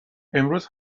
امروز